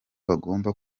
bagomba